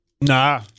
Nah